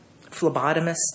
phlebotomist